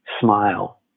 smile